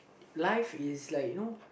life is like you know